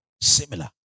Similar